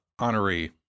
honoree